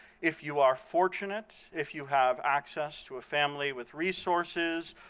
if you are fortunate, if you have access to a family with resources,